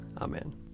Amen